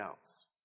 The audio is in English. else